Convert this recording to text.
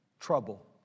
trouble